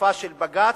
עקיפה של בג"ץ,